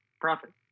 profit